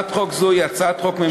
הצעת חוק זו היא הצעת חוק ממשלתית,